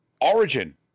Origin